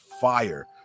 fire